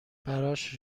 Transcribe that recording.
براش